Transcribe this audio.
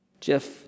Jeff